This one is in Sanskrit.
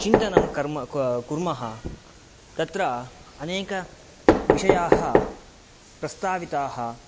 चिन्तनं कर्म क् कुर्मः तत्र अनेकविषयाः प्रस्ताविताः